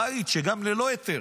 בית, גם ללא היתר,